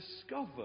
discover